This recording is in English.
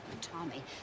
Tommy